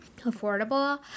affordable